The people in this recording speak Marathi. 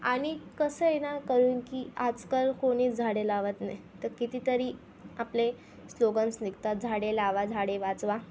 आणि कसं आहे ना कलन की आजकाल कोणीच झाडे लावत नाही तर कितीतरी आपले स्लोगन्स निघतात झाडे लावा झाडे वाचवा